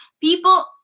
people